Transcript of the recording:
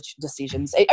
decisions